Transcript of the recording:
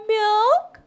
milk